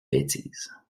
bêtise